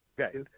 Okay